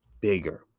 bigger